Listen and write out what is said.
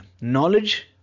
knowledge